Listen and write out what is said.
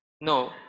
No